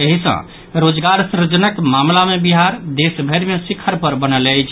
एहि सँ रोजगार सृजनक मामिला मे बिहार देशभरि मे शिखर पर बनल अछि